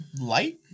light